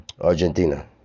Argentina